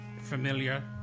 familiar